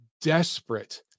desperate